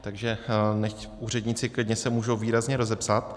Takže nechť úředníci klidně se můžou výrazně rozepsat.